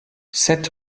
sept